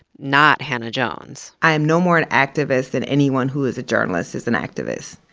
not hannah-jones. i am no more an activist than anyone who is a journalist is an activist.